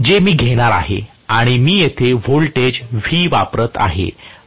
जे मी घेणार आहे आणि मी येथे व्होल्टेज V वापरत आहे